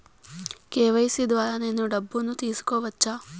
KYC ద్వారా నేను డబ్బును తీసుకోవచ్చా?